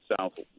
south